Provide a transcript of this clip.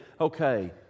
okay